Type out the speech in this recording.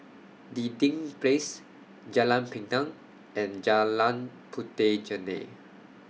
Dinding Place Jalan Pinang and Jalan Puteh Jerneh